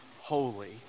holy